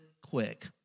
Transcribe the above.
quick